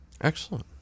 excellent